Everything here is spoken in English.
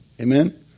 Amen